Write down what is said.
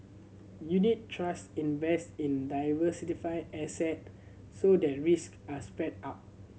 unit trust invest in diversified asset so that risks are spread out